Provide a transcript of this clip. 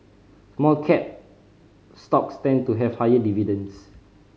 small cap stocks tend to have higher dividends